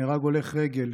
נהרג הולך רגל,